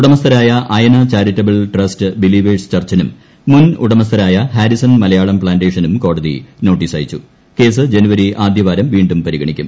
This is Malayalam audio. ഉടമസ്ഥരായ അയന ചാരിറ്റബിൾ ട്രസ്റ്റ് ബിലീവേഴ്സ് ചർച്ചിനും മുൻ ഉടമസ്ഥരായ ഹാരിസൺ മലയാളം പ്ലാന്റ്റ്ഷ്നും കോടതി നോട്ടീസ് അയച്ചു കേസ് ജനുവരി ആദ്യവാരം വീണ്ടുര് പരിഗണിക്കും